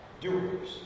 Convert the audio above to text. doers